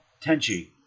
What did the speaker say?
Tenchi